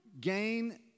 gain